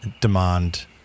demand